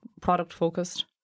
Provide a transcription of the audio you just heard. product-focused